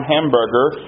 Hamburger